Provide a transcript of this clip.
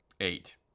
Eight